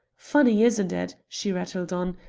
funny, isn't it, she rattled on,